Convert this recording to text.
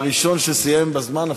הראשון שסיים בזמן,